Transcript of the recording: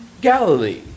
Galilee